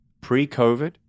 pre-COVID